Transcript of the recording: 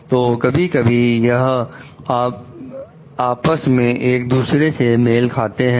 तो कभी कभी यह आपस में एक दूसरे से मेल खाते हैं